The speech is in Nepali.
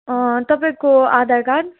तपाईँको आधारकार्ड